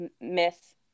myth